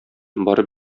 барып